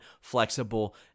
flexible